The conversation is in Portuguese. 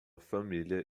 família